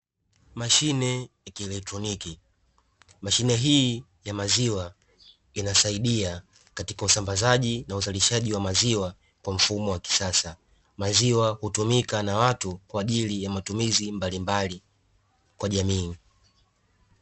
Mashine ya kielectroniki. Mashine hii ya maziwa inasaidia katika usambazaji na uzalishaji wa maziwa kwa mfumo wa kisasa. Maziwa hutumika na watu kwa ajili ya matumizi mbalimbali kwa jamii.